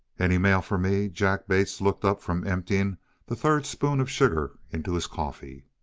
any mail for me? jack bates looked up from emptying the third spoon of sugar into his coffee.